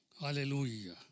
Hallelujah